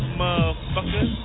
motherfucker